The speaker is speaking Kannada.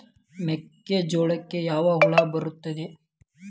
ಮೆಕ್ಕೆಜೋಳಕ್ಕೆ ಯಾವ ಹುಳ ಬರುತ್ತದೆ?